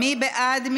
מי בעד?